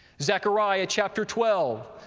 zechariah, chapter twelve,